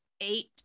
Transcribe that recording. eight